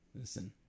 Listen